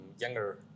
younger